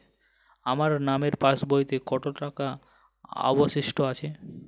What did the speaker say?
আমার নামের পাসবইতে কত টাকা অবশিষ্ট আছে?